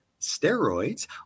steroids